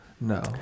No